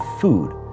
food